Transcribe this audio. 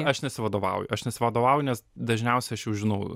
aš nesivadovauju aš nesivadovauju nes dažniausiai aš jau žinau